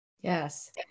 Yes